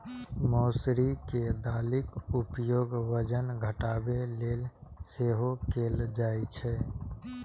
मौसरी के दालिक उपयोग वजन घटाबै लेल सेहो कैल जाइ छै